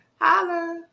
Holla